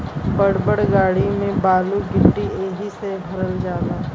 बड़ बड़ गाड़ी में बालू गिट्टी एहि से भरल जाला